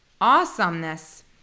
Awesomeness